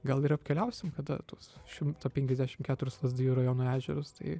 gal ir apkeliausim kada tos šimtą penkiasdešim keturis lazdijų rajono ežerus tai